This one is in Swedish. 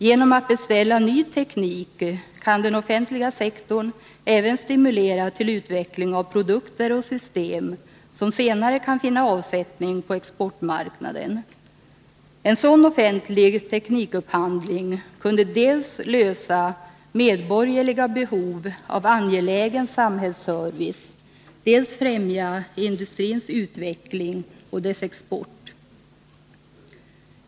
Genom att beställa ny teknik kan den offentliga sektorn även stimulera till utveckling av produkter och system som senare kan finna avsättning på exportmarknaden. En sådan offentlig teknikupphandling kunde dels tillgodose medborgerliga behov av angelägen samhällsservice, dels främja industrins utveckling och dess export.